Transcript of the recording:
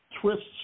twists